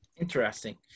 Interesting